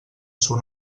son